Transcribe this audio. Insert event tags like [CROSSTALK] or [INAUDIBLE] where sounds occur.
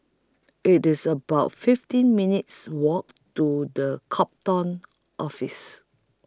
IT IS about fifteen minutes' Walk to The [UNINTELLIGIBLE] Office